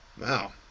Wow